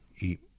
eat